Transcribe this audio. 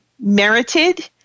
merited